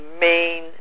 main